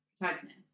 protagonist